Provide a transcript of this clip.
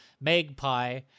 magpie